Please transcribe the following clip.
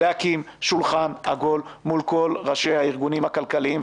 להקים שולחן עגול מול כל ראשי הארגונים הכלכליים.